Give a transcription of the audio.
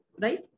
Right